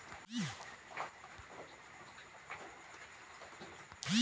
रबी की फसल कब बोई जाती है?